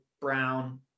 Brown